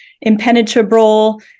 impenetrable